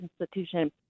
institution